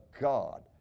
God